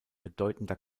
bedeutender